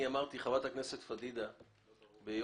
יש